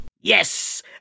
Yes